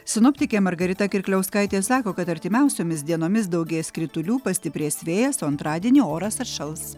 sinoptikė margarita kirkliauskaitė sako kad artimiausiomis dienomis daugės kritulių pastiprės vėjas o antradienį oras atšals